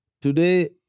Today